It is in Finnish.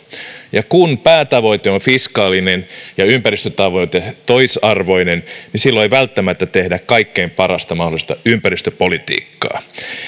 kun päätavoite on fiskaalinen ja ympäristötavoite toisarvoinen niin silloin ei välttämättä tehdä kaikkein parasta mahdollista ympäristöpolitiikkaa